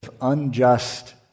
unjust